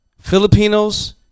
Filipinos